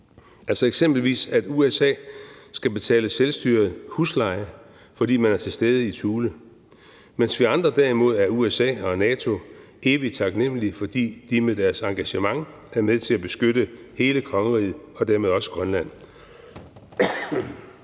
altså eksempelvis at USA skal betale selvstyret husleje, fordi man er til stede i Thule, mens vi andre derimod er USA og NATO evigt taknemlige, fordi de med deres engagement er med til at beskytte hele kongeriget og dermed også Grønland.